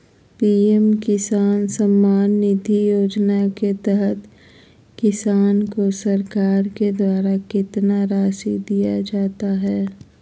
PM Kisan Samman Nidhi Yojana के तहत किसान को सरकार के द्वारा कितना रासि दिया जाता है?